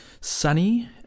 sunny